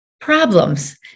problems